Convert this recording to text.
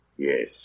Yes